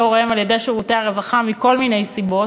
הוריהם על-ידי שירותי הרווחה מכל מיני סיבות.